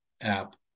app